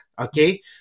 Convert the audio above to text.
okay